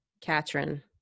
Katrin